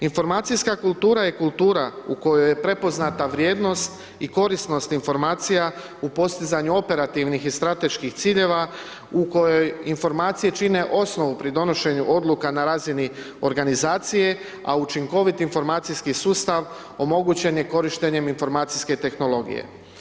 Informacijska kultura je kultura u kojoj je prepoznata vrijednost i korisnost informacija u postizanju operativnih i strateških ciljeva u kojoj informacije čine osnovu pri donošenju odluka pri razni organizacije a učinkoviti informacijski sustav omogućen je korištenjem informacijske tehnologije.